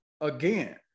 again